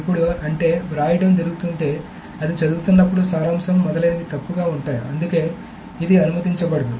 ఇప్పుడు అంటే వ్రాయడం జరుగుతుంటే అది చదువుతున్నప్పుడు సారాంశం మొదలైనవి తప్పుగా ఉంటాయి అందుకే ఇది అనుమతించబడదు